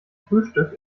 frühstück